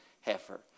heifer